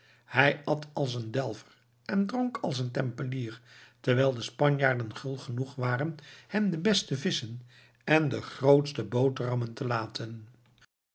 hij at als een delver en dronk als een tempelier terwijl de spanjaarden gul genoeg waren hem de beste visschen en de grootste boterhammen te laten